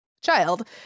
child